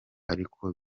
ariko